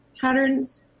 patterns